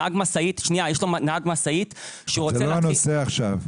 זה לא הנושא עכשיו.